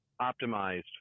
optimized